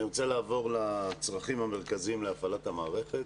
אני רוצה לעבור לצרכים המרכזיים להפעלת המערכת.